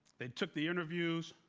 they took the interviews,